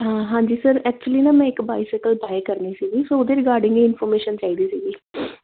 ਹਾਂ ਹਾਂਜੀ sir actually ਨਾ ਮੈਂ ਇੱਕ ਬਾਈਸਾਈਕਲ ਬਾਏ ਕਰਨੀ ਸੀਗੀ ਸੋ ਉਹਦੇ ਰਿਗਾਰਡਿੰਗ ਹੀ ਇਨਫੋਰਮੇਸ਼ਨ ਚਾਹੀਦੀ ਸੀਗੀ